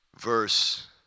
Verse